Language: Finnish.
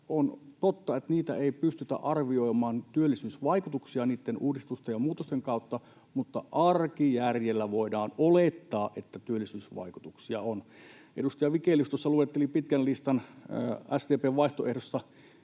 on totta, että niitä työllisyysvaikutuksia ei pystytä arvioimaan niitten uudistusten ja muutosten kautta mutta arkijärjellä voidaan olettaa, että työllisyysvaikutuksia on. Kun edustaja Vigelius tuossa luetteli pitkän listan SDP:n vaihtoehdosta